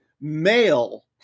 male